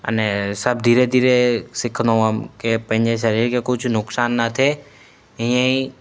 अने सभु धीरे धीरे सिखंदो हुउमि की पंहिंजे शरीर खे कुझु नुक़सान न थिए ईअं ई